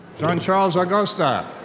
jean-charles agosta.